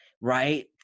right